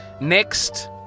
next